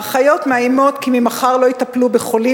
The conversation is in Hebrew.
האחיות מאיימות כי ממחר לא יטפלו בחולים